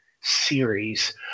series